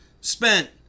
spent